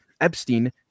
Epstein